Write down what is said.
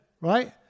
Right